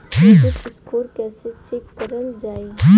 Credit score कइसे check करल जायी?